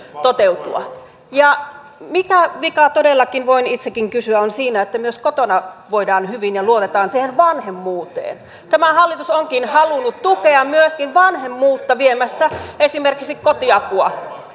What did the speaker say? toteutua ja mitä vikaa todellakin voin itsekin kysyä on siinä että myös kotona voidaan hyvin ja luotetaan siihen vanhemmuuteen tämä hallitus onkin halunnut tukea myöskin vanhemmuutta viemällä esimerkiksi kotiapua